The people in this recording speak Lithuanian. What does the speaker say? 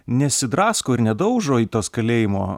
nesidrasko ir nedaužo į tuos kalėjimo